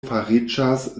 fariĝas